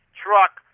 truck